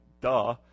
duh